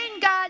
God